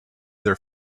their